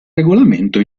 regolamento